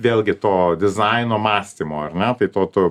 vėlgi to dizaino mąstymo ar ne tai to to